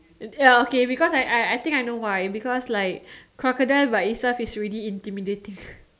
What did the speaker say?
you tell okay because I I I think I know why because like crocodile by itself is already intimidating